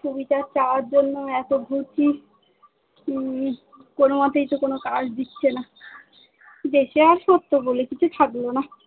সুবিচার চাওয়ার জন্য এতো ঘুরছি কোনো মাতেই তো কোনো কাজ দিচ্ছে না দেশে আর সত্য বলে কিছু থাকলো না